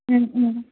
ꯎꯝ ꯎꯝ